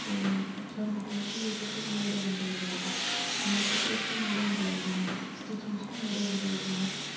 یہِ چھانہٕ کٲم چھےٚ یہِ ہیٚکہِ اَتھ منٛز ماڈٲرٕن ٹچ اَتھ دِتھ نلکہٕ کٲم چھےٚ ماڈٲرٕن ٹَچ دِیٖنَس سٕٹِچِنٛگ چھےٚ ماڈٲرٕن ٹَچ دِیٖنَس